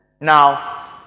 Now